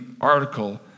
article